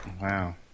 Wow